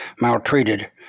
maltreated